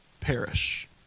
perish